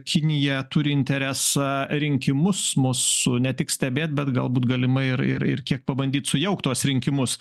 kinija turi interesą rinkimus mūsų ne tik stebėt bet galbūt galimai ir ir kiek pabandyt sujaukti tuos rinkimus